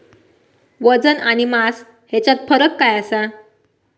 वजन आणि मास हेच्यात फरक काय आसा?